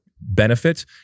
benefit